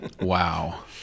wow